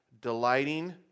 delighting